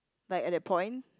like at that point